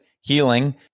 healing